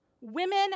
Women